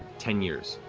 ten years.